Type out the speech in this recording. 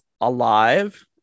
alive